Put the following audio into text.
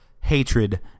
hatred